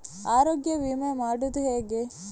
ಆರೋಗ್ಯ ವಿಮೆ ಮಾಡುವುದು ಹೇಗೆ?